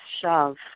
shove